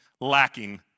lacking